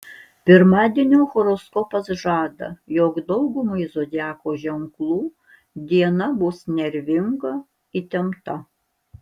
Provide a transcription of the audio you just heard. pirmadienio horoskopas žada jog daugumai zodiakų ženklų diena bus nervinga įtempta